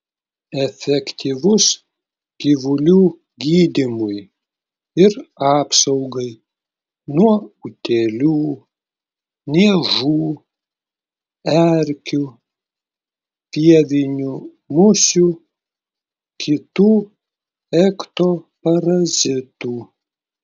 efektyvus gyvulių gydymui ir apsaugai nuo utėlių niežų erkių pievinių musių kitų ektoparazitų